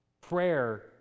prayer